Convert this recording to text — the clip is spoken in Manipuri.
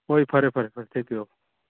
ꯍꯣꯏ ꯐꯔꯦ ꯐꯔꯦ ꯐꯔꯦ ꯊꯦꯡꯛ ꯌꯨ ꯑꯣꯜ